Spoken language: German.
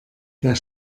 der